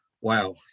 wow